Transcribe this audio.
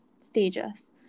stages